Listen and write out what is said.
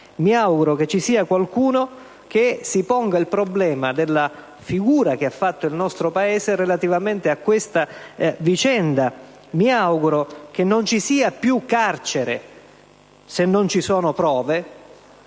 Mi auguro che ci sia qualcuno che si ponga il problema della figura che ha fatto il nostro Paese in questa vicenda. Mi auguro che non ci sia più carcere se non ci sono prove.